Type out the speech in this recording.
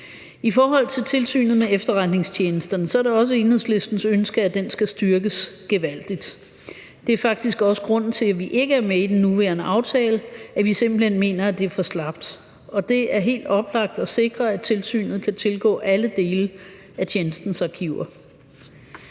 I forhold til Tilsynet med Efterretningstjenesterne er det også Enhedslistens ønske, at det skal styrkes gevaldigt. Det er faktisk også grunden til, at vi ikke er med i den nuværende aftale – vi mener simpelt hen, at det er for slapt, og at det er helt oplagt at sikre, at tilsynet kan tilgå alle dele af tjenestens arkiver.